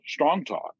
Strongtalk